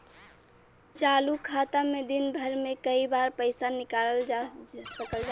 चालू खाता में दिन भर में कई बार पइसा निकालल जा सकल जाला